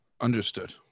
understood